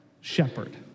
shepherd